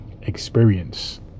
experience